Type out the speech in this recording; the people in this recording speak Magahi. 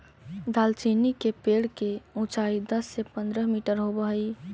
दालचीनी के पेड़ के ऊंचाई दस से पंद्रह मीटर होब हई